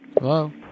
Hello